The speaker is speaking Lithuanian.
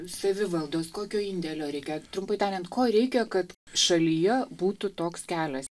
savivaldos kokio indėlio reikia trumpai tariant ko reikia kad šalyje būtų toks kelias